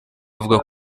avuga